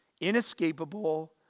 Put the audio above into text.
Inescapable